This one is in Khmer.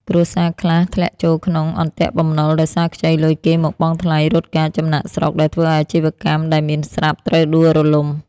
គ្រួសារខ្លះធ្លាក់ចូលក្នុង "អន្ទាក់បំណុល" ដោយសារខ្ចីលុយគេមកបង់ថ្លៃរត់ការចំណាកស្រុក ដែលធ្វើឱ្យអាជីវកម្មដែលមានស្រាប់ត្រូវដួលរលំ។